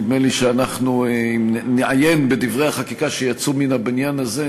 נדמה לי שאם אנחנו נעיין בדברי החקיקה שיצאו מן הבניין הזה,